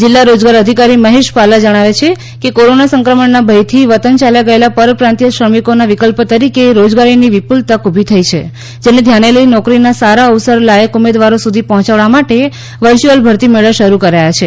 જિલ્લા રોજગાર અધિકારી મહેશ પાલા જણાવે છે કે કોરોના સંક્રમણના ભયથી વતન ચાલ્યા ગયેલા પરપ્રાંત શ્રમિકોના વિકલ્પ તરીકે રોજગારીની વિપુલ તક ઊભી છે જેને ધ્યાને લઈ નોકરીના સારા અવસર લાયક ઉમેદવારો સુધી પહોંચાડવા માટે વર્ચુયલ ભરતી મેળા શરૂ કર્યા છે